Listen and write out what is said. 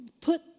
Put